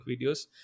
videos